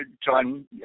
John